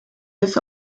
this